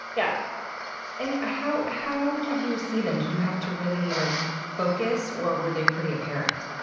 yeah and how how did you see them? did you have to really like focus or were they pretty apparent?